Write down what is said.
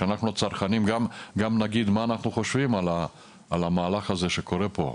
שאנחנו הצרכנים גם נגיד מה אנחנו חושבים על המהלך הזה שקורה פה.